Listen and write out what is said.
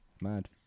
mad